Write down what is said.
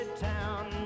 town